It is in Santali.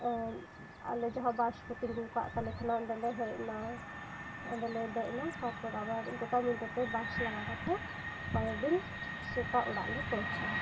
ᱟᱞᱮ ᱡᱟᱦᱟᱸ ᱵᱟᱥ ᱠᱚ ᱛᱤᱸᱜᱩ ᱟᱠᱟᱫ ᱛᱟᱦᱮᱸᱱᱟ ᱚᱸᱰᱮ ᱞᱮ ᱦᱮᱡ ᱮᱱᱟ ᱚᱸᱰᱮ ᱞᱮ ᱫᱮᱡ ᱮᱱᱟ ᱛᱟᱨ ᱯᱚᱨ ᱟᱵᱟᱨ ᱜᱚᱴᱟ ᱧᱤᱫᱟᱹ ᱵᱟᱥ ᱞᱟᱜᱟ ᱠᱟᱛᱮ ᱯᱚᱨᱮᱨ ᱫᱤᱱ ᱥᱮᱛᱟᱜ ᱚᱲᱟᱜ ᱞᱮ ᱯᱚᱣᱪᱷᱟᱣ ᱮᱱᱟ